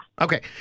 Okay